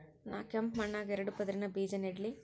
ನಾ ಕೆಂಪ್ ಮಣ್ಣಾಗ ಎರಡು ಪದರಿನ ಬೇಜಾ ನೆಡ್ಲಿ?